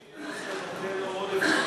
1 חלקי 12 נותן לו עודף תקציבי.